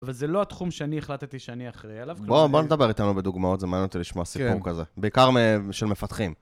אבל זה לא התחום שאני החלטתי שאני אחראי עליו כלום. בוא, בוא נדבר איתנו בדוגמאות, זה מעניין אותי לשמוע סיפור כזה. בעיקר של מפתחים.